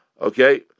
Okay